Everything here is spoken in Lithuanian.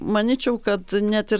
manyčiau kad net ir